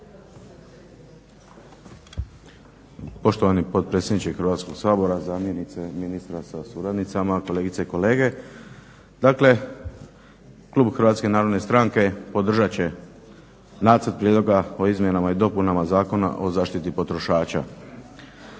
Poštovani potpredsjedniče Hrvatskog sabora, zamjenice ministra sa suradnicama, kolegice i kolege. Dakle, Klub Hrvatske narodne stranke podržat će Nacrt prijedloga o izmjenama i dopunama Zakona o zaštiti potrošača.